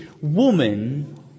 woman